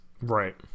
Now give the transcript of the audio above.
Right